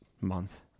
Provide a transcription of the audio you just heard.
month